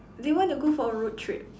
do you want to go for a road trip